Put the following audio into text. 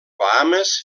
bahames